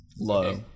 Low